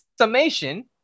summation